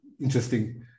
Interesting